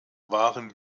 waren